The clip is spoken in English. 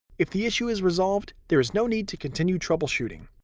if the issue is resolved, there is no need to continue troubleshooting.